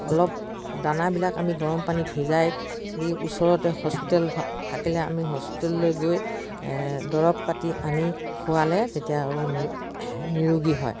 অলপ দানাবিলাক আমি গৰম পানীত সিজাই দি ওচৰতে হস্পিটেল থাকিলে আমি হস্পিটেললৈ গৈ দৰৱ পাতি আনি খোৱালে তেতিয়া আৰু নি নিৰোগী হয়